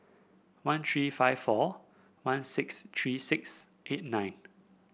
one three five four one six three six eight nine